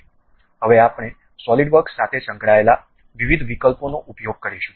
હવે આપણે સોલિડવર્ક સાથે સંકળાયેલા વિવિધ વિકલ્પોનો ઉપયોગ કરીશું